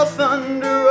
Thunder